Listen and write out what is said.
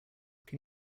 can